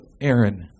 Aaron